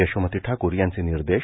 यशोमती ठाक्र यांचे निर्देष